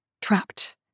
Trapped